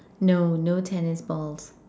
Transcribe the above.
no no tennis balls